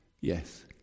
Yes